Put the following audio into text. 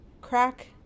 crack